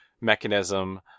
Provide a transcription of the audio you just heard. mechanism